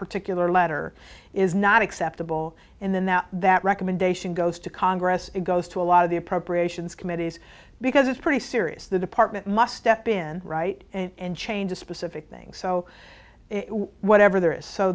particular letter is not acceptable in the now that recommendation goes to congress it goes to a lot of the appropriations committees because it's pretty serious the department must step in right and change a specific thing so whatever there is so